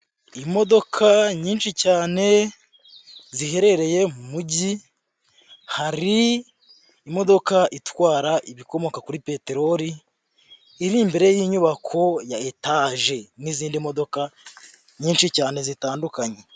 Imodoka nyinshi cyane ziherereye mu mujyi, hari imodoka itwara ibikomoka kuri peteroli, iri imbere y'inyubako ya etaje n'izindi modoka nyinshi cyane zitandukanye.